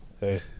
Hey